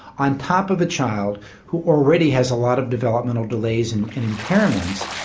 on top of a child who already has a lot of developmental delays and and impairments.